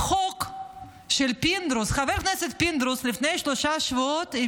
החוק של פינדרוס: לפני שלושה שבועות חבר